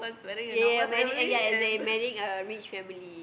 ya marrying a rich family